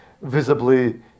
visibly